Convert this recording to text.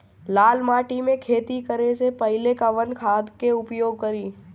लाल माटी में खेती करे से पहिले कवन खाद के उपयोग करीं?